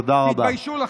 תתביישו לכם.